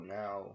now